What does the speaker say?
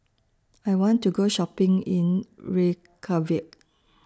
I want to Go Shopping in Reykjavik